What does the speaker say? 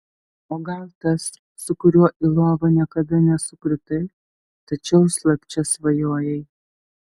o gal tas su kuriuo į lovą niekada nesukritai tačiau slapčia svajojai